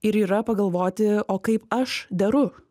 ir yra pagalvoti o kaip aš deru